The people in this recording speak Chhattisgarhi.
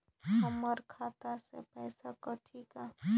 हमर खाता से पइसा कठी का?